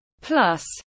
Plus